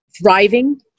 Thriving